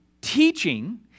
teaching